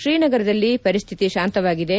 ಶ್ರೀನಗರದಲ್ಲಿ ಪರಿಸ್ಥಿತಿ ಶಾಂತವಾಗಿದೆ